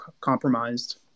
compromised